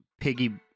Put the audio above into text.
piggy